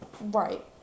Right